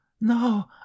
No